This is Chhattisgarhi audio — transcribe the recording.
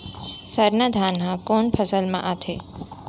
सरना धान ह कोन फसल में आथे?